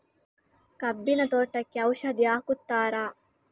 ಕಬ್ಬಿನ ತೋಟಕ್ಕೆ ಔಷಧಿ ಹಾಕುತ್ತಾರಾ?